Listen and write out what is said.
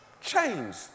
change